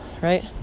right